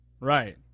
Right